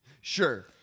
Sure